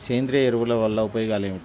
సేంద్రీయ ఎరువుల వల్ల ఉపయోగమేమిటీ?